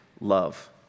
love